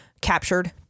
captured